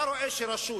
אתה רואה שרשות